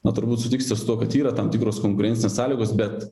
na turbūt sutiksite su tuo kad yra tam tikros konkurencinės sąlygos bet